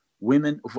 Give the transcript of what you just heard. women